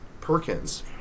Perkins